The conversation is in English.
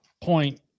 point